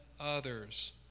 others